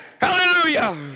Hallelujah